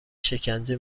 شکنجه